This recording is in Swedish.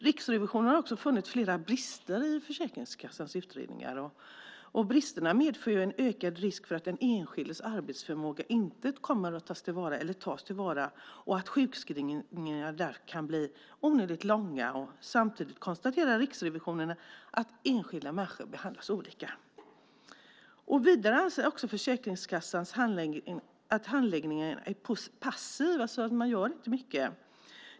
Riksrevisionen har också funnit flera brister i Försäkringskassans utredningar, och bristerna medför ju en ökad risk för att den enskildes arbetsförmåga inte tas till vara och att sjukskrivningen kan bli onödigt lång. Samtidigt konstaterar Riksrevisionen att enskilda människor behandlas olika. Vidare anses också att Försäkringskassans handläggning är passiv. De gör alltså inte mycket.